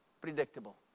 predictable